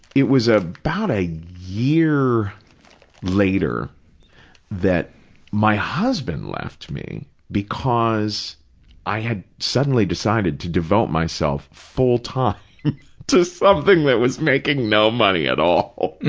it was about a year later that my husband left me because i had suddenly decided to devote myself full time to something that was making no money at all. and